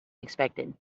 expected